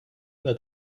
that